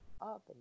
up